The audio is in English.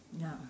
ya